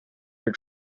for